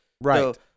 Right